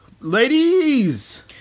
Ladies